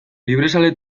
librezale